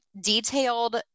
detailed